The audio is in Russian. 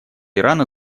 ирана